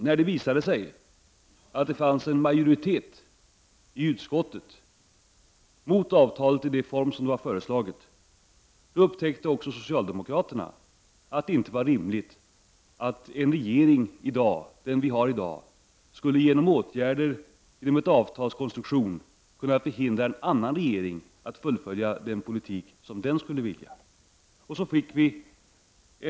När det visade sig att det fanns en majoritet i utskottet mot avtalet i den form som var föreslagen, upptäckte också socialdemokraterna att det inte var rimligt att den regering vi i dag har genom en avtalskonstruktion skulle kunna förhindra en annan regering att fullfölja den politik som den vill föra.